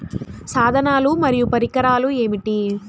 సాధనాలు మరియు పరికరాలు ఏమిటీ?